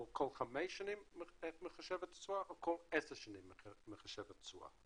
או כל חמש שנים מחשב את התשואה או כל עשר שנים מחשב את התשואה.